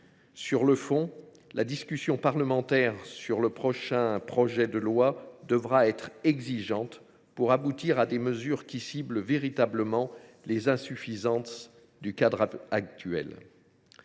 Sur le fond, la discussion parlementaire sur le prochain projet de loi devra être exigeante pour aboutir à des mesures qui ciblent véritablement les insuffisances du cadre actuel.